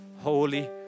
holy